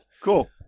Cool